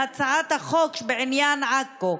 בהצעת החוק בעניין עכו,